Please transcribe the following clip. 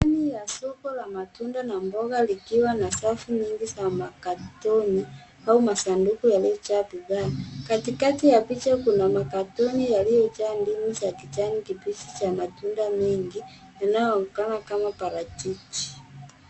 Ndani ya soko la matunda na mboga likiwa na safu nyingi za makatoni ama masanduku yaliyojaa bidhaa. Katikati ya picha kuna makatoni yaliyo jaa ndimu za kijani kibichi za matunda mengi inayo onekana kama parachichi.